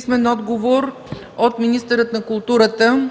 Стойнев; - министъра на културата